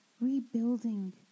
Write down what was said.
rebuilding